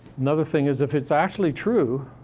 another thing is if it's actually true,